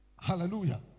Hallelujah